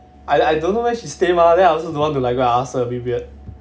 I I don't know where she stay mah then I also don't want to go and ask her a bit weird